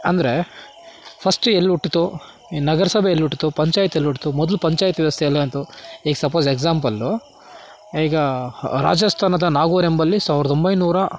ಅಂದರೆ ಫರ್ಸ್ಟ್ ಎಲ್ಲಿ ಹುಟ್ತು ಈ ನಗರ ಸಭೆ ಎಲ್ಲಿ ಹುಟ್ತು ಪಂಚಾಯತ್ ಎಲ್ಲಿ ಹುಟ್ತು ಮೊದಲು ಪಂಚಾಯತ್ ವ್ಯವಸ್ಥೆ ಎಲ್ಲಾಯಿತು ಈಗ ಸಪೋಸ್ ಎಕ್ಸಾಂಪಲ್ಲು ಈಗ ರಾಜಸ್ಥಾನದ ನಾಗೋರ್ ಎಂಬಲ್ಲಿ ಸಾವಿರದ ಒಂಬೈನೂರ